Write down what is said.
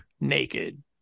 naked